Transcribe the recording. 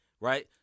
right